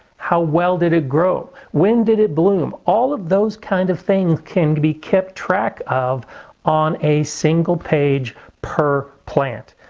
how well did it grow? when did it bloom? all of those kind of things can be kept track of on a single page per plant.